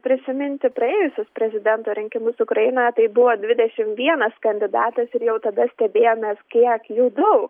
prisiminti praėjusius prezidento rinkimus ukrainoje tai buvo dvidešim vienas kandidatas ir jau tada stebėjomės kiek jų daug